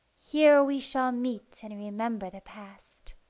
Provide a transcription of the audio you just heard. here we shall meet and remember the past.